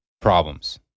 problems